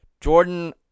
Jordan